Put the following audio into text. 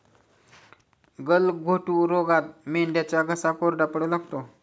गलघोटू रोगात मेंढ्यांचा घसा कोरडा पडू लागतो